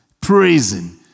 praising